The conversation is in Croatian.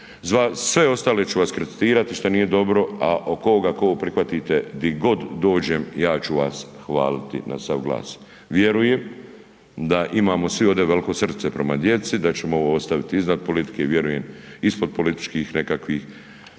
sve ostale ću vas kritizirati što nije dobro a oko ovoga ako ovo prihvatite gdje god dođem ja ću vas hvaliti na sav glas. Vjerujem da imamo svi ovdje veliko srce prema djeci, da ćemo ovo ostaviti iznad politike i vjerujem, ispod političkih nekakvih